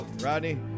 Rodney